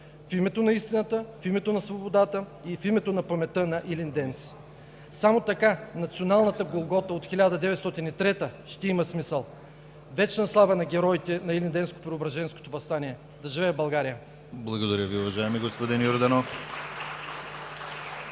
в името на истината, в името на свободата и в името на паметта на Илинденци! Само така националната Голгота от 1903 г. ще има смисъл. Вечна слава на героите на Илинденско-Преображенското въстание! Да живее България! (Ръкопляскания от ОП и ГЕРБ.) ПРЕДСЕДАТЕЛ